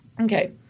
Okay